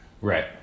Right